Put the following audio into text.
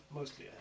mostly